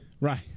right